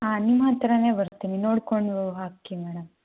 ಹಾಂ ನಿಮ್ಮ ಹತ್ರವೇ ಬರ್ತೀನಿ ನೋಡ್ಕೊಂಡು ಹೂವು ಹಾಕಿ ಮೇಡಂ